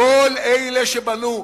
כל אלה שבנו,